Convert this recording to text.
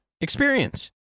experience